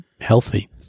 healthy